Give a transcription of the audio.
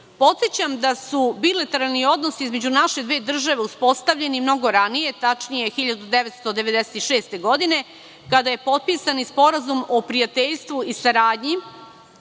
Podsećam da su bilateralni odnosi između naše dve države uspostavljeni mnogo ranije, tačnije 1996. godine, kada je potpisan Sporazum o prijateljstvu i saradnji,